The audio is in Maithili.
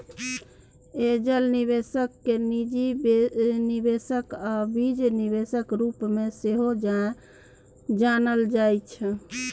एंजल निबेशक केँ निजी निबेशक आ बीज निबेशक रुप मे सेहो जानल जाइ छै